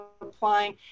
applying